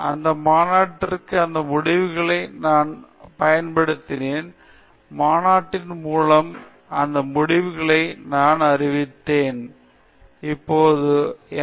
அந்த மாநாட்டிற்கு அந்த முடிவுகளை நான் பயன்படுத்தினேன் மாநாட்டின் மூலம் அந்த முடிவுகளை நான் அளித்தேன் அப்போது ஏம்